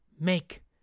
make